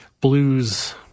blues